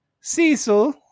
Cecil